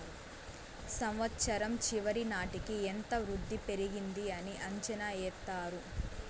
సంవచ్చరం చివరి నాటికి ఎంత వృద్ధి పెరిగింది అని అంచనా ఎత్తారు